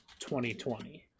2020